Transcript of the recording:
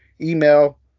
Email